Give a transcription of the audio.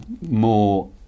more